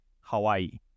Hawaii